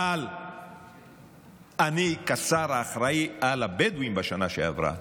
אבל אני כשר האחראי על הבדואים בשנה שעברה